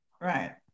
Right